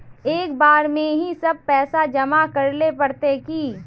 एक बार में ही सब पैसा जमा करले पड़ते की?